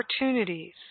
opportunities